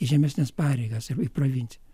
į žemesnes pareigas į provinciją